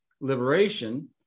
liberation